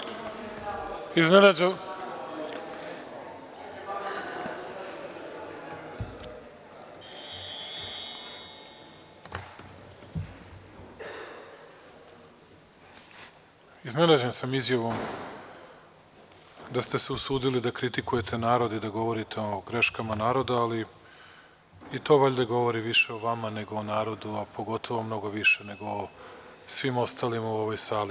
Iznenađen sam izjavom da ste se usudili da kritikujete narod i da govorite o greškama naroda, ali i to valjda govori više o vama nego o narodu, a pogotovo mnogo više nego o svim ostalima u ovoj sali.